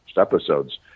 episodes